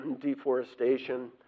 deforestation